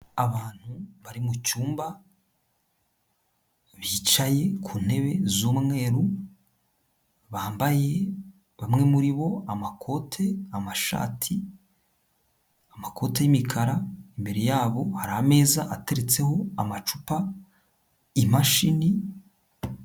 Abantu bari mu cyumba, bicaye ku ntebe z'umweru, bambaye bamwe muri bo amakote, amashati, amakote y'imikara, imbere yabo hari ameza ateretseho amacupa, imashini...